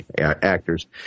actors